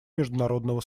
международного